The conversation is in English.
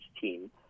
team